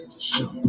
show